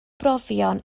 brofion